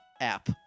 app